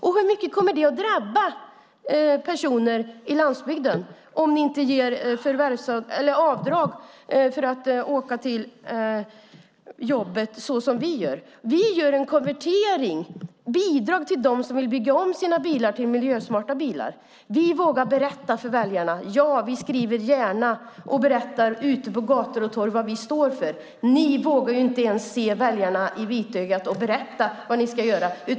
Och hur mycket kommer det att drabba personer på landsbygden om ni inte ger avdrag för resor till jobbet, så som vi gör? Vi föreslår en konvertering, ett bidrag till dem som vill bygga om sina bilar till miljösmarta bilar. Vi vågar berätta för väljarna. Ja, vi skriver gärna vad vi står för och berättar det ute på gator och torg. Ni vågar inte ens se väljarna i vitögat och berätta vad ni ska göra.